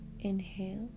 inhale